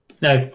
no